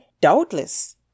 doubtless